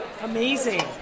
Amazing